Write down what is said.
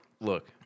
look